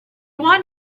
want